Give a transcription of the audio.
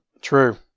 true